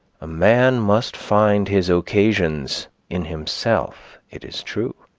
a man must find his occasions in himself, it is true.